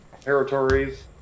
territories